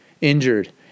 injured